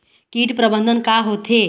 कीट प्रबंधन का होथे?